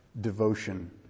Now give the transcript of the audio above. devotion